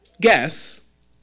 guess